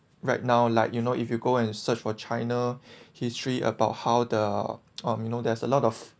right now like you know if you go and search for china history about how the um you know there's a lot of